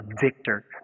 victor